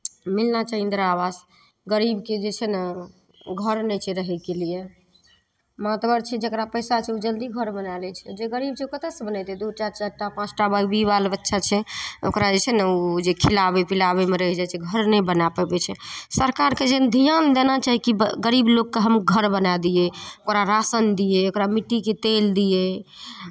मिलना चाही इन्दिरा आवास गरीबकेँ जे छै ने घर नहि छै रहयके लिए मातबर छियै जकरा पैसा छै ओ जल्दी घर बना लै छै जे गरीब छै ओ कतयसँ बनयतै दू टा चारि टा पाँच टा बाल बच्चा छै ओकरा जे छै ने ओ जे खिलाबय पिलाबयमे रहि जाइ छै घर नहि बना पबै छै सरकारकेँ जेहन धियान देना चाही कि ब गरीब लोककेँ हम घर बनाए दियै ओकरा राशन दियै ओकरा मिट्टीके तेल दियै